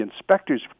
inspectors